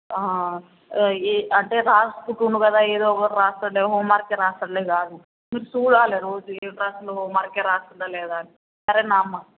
అంటే రాసుకుంటుండు కదా ఏదో ఒకటి రాస్తాడులే హోంవర్కే రాస్తాడులే కాదు మీరు చూడాలి రోజు ఏం రాసాడో హోంవర్క్ రాస్తున్నాడా లేదా అని సరేనా అమ్మ